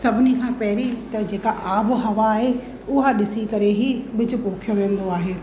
सभिनी खां पहिरीं त जेकी आबहवा आहे उहा ॾिसी करे ई ॿिजु पोखियो वेंदो आहे